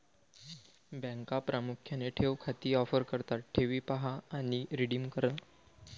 बँका प्रामुख्याने ठेव खाती ऑफर करतात ठेवी पहा आणि रिडीम करा